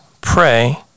pray